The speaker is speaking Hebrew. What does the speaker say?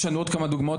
יש לנו עוד כמה דוגמאות,